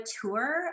tour